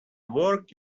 work